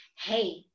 hey